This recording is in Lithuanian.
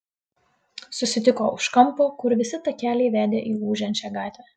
susitiko už kampo kur visi takeliai vedė į ūžiančią gatvę